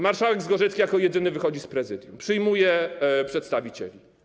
Marszałek Zgorzelski jako jedyny wychodzi z Prezydium, przyjmuje przedstawicieli.